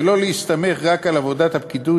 ולא להסתמך רק על עבודת הפקידות,